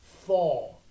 fall